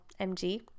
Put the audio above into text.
MG